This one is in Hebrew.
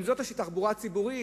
התחבורה הציבורית,